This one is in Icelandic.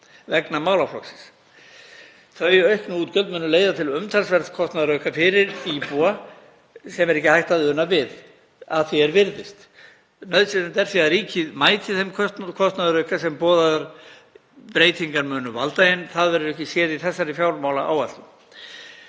vegna málaflokksins. Þau auknu útgjöld munu leiða til umtalsverðs kostnaðarauka fyrir íbúa sem er ekki hægt að una við að því er virðist. Nauðsynlegt er því að ríkið mæti þeim kostnaðarauka sem boðaðar breytingar munu valda en það verður ekki séð í þessari fjármálaáætlun.